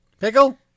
Pickle